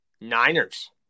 Niners